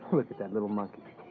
look at that little monkey.